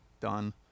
done